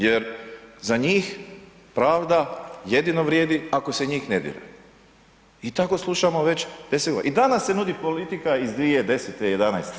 Jer za njih pravda jedino vrijedi ako se njih ne dira i tako slušamo već 10.g. i danas se nudi politika iz 2010., '11.-te.